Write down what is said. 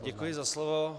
Děkuji za slovo.